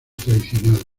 traicionado